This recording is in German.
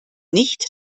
nicht